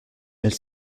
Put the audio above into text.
elles